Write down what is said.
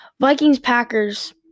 Vikings-Packers